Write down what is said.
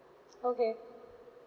okay